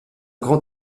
grand